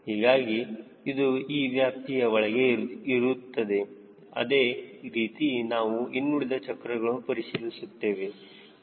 ಹೀಗಾಗಿ ಇದು ಈ ವ್ಯಾಪ್ತಿಯ ಒಳಗೆ ಇರುತ್ತದೆ ಅದೇ ರೀತಿ ನಾವು ಇನ್ನುಳಿದ ಚಕ್ರಗಳನ್ನು ಪರಿಶೀಲಿಸುತ್ತೇವೆ